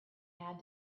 had